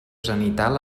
zenital